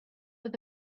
with